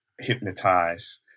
Hypnotize